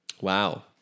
wow